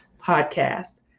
Podcast